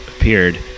appeared